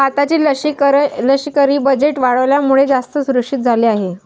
भारताचे लष्करी बजेट वाढल्यामुळे, जास्त सुरक्षित झाले आहे